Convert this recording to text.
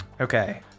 Okay